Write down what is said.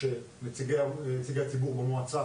כך שאני חושב שזה הגיוני לגמרי,